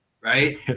right